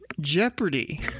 jeopardy